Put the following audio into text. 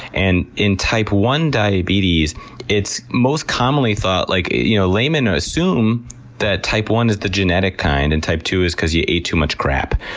and in type one diabetes it's most commonly thought, like you know laymen ah assume that type one is the genetic kind and type two is cause you ate too much crap.